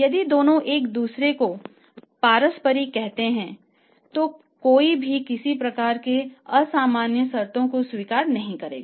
यदि दोनों एक दूसरे को पारस्परिक करते हैं तो कोई भी किसी भी प्रकार की असामान्य शर्तों को स्वीकार नहीं करेगा